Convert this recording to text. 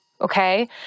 okay